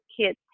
kids